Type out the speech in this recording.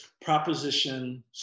Proposition